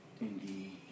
indeed